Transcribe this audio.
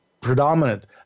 predominant